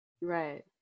Right